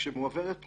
כשמועברת פנייה,